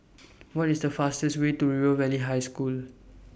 What IS The fastest Way to River Valley High School